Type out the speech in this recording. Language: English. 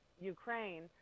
Ukraine